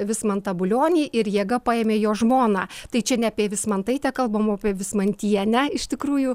vismantą bulionį ir jėga paėmė jo žmoną tai čia ne apie vismantaitę kalbama apie vismantienę iš tikrųjų